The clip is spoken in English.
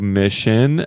mission